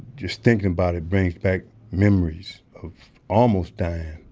just thinking about it brings back memories of almost dying